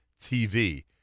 tv